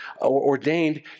ordained